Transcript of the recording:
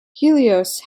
helios